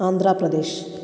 Andhra Pradesh